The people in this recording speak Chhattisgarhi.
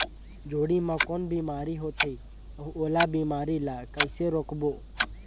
जोणी मा कौन बीमारी होथे अउ ओला बीमारी ला कइसे रोकबो?